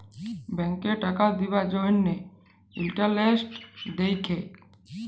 ব্যাংকে টাকা দিবার জ্যনহে ইলটারেস্ট দ্যাখে